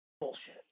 Bullshit